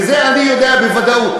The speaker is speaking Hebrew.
וזה אני יודע בוודאות,